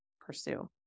pursue